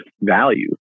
value